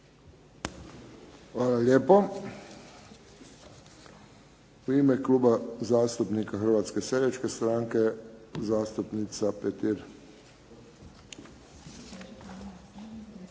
Hvala lijepo. U ime Kluba zastupnika Hrvatske seljačke stranke, zastupnica Petir.